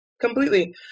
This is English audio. Completely